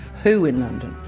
who in london?